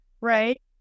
right